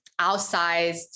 outsized